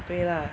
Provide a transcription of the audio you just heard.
对 lah